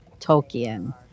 Tolkien